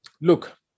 look